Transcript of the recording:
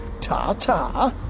Ta-ta